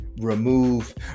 remove